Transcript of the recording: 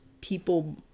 people